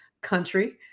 country